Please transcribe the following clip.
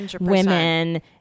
women